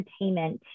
entertainment